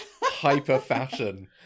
hyper-fashion